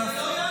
תנו לו לדבר.